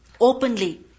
openly